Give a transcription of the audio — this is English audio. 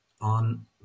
on